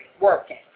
working